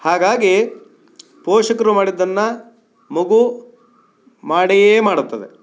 ಹಾಗಾಗಿ ಪೋಷಕರು ಮಾಡಿದ್ದನ್ನು ಮಗು ಮಾಡೇ ಮಾಡುತ್ತದೆ